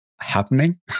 happening